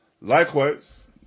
Likewise